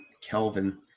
Kelvin